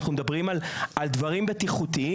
אנחנו מדברים על דברים בטיחותיים.